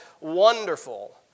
Wonderful